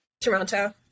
Toronto